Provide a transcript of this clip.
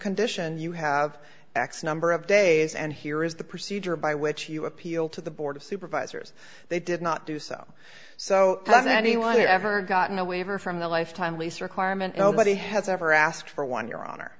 condition you have x number of days and here is the procedure by which you appeal to the board of supervisors they did not do so so that anyone had ever gotten a waiver from the lifetime lease requirement nobody has ever asked for one your hon